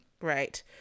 right